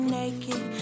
naked